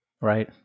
right